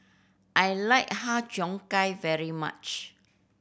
I like Har Cheong Gai very much